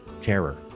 terror